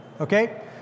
Okay